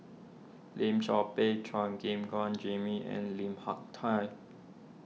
Lim Chor Pee Chua Gim Guan Jimmy and Lim Hak Tai